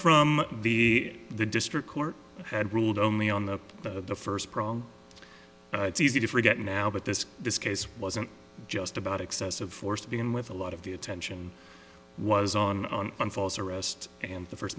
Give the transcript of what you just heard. from the district court had ruled only on the first prong it's easy to forget now but this this case wasn't just about excessive force to begin with a lot of the attention was on on on false arrest and the first